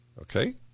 Okay